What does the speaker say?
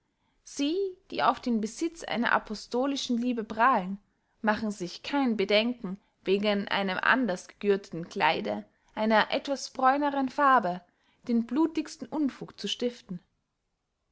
sie die auf den besitz einer apostolischen liebe prahlen machen sich kein bedenken wegen einem anderst gegürteten kleide einer etwas bräunern farbe den blutigsten unfug zu stiften